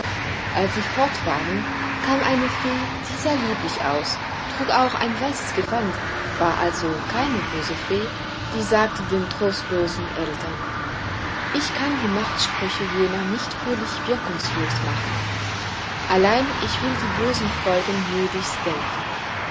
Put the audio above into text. als sie fort waren kam eine fee die sah lieblich aus trug auch ein weißes gewand war also keine böse fee die sagte den trostlosen eltern ich kann die machtsprüche jener nicht völlig wirkungslos machen allein ich will die bösen folgen möglichst dämpfen